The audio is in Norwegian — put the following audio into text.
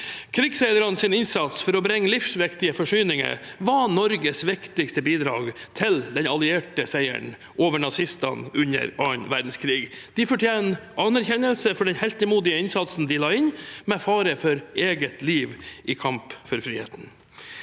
Krigsseilernes innsats for å bringe livsviktige forsyninger var Norges viktigste bidrag til den allierte seieren over nazistene under annen verdenskrig. De fortjener anerkjennelse for den heltemodige innsatsen de la inn, med fare for eget liv, i kamp for friheten.